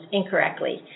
incorrectly